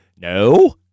No